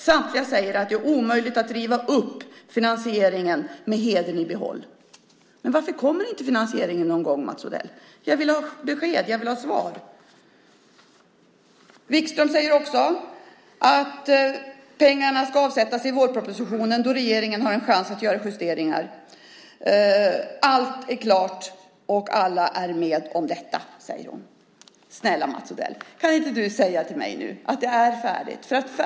Samtliga säger att det är omöjligt att riva upp finansieringen med hedern i behåll. Varför kommer inte finansieringen, Mats Odell? Jag vill ha besked. Jag vill ha svar. Wikström säger också att pengarna ska avsättas i vårpropositionen då regeringen har en chans att göra justeringar. Allt är klart och alla är med om detta, säger hon. Snälla Mats Odell, kan inte du säga till mig nu att det är färdigt?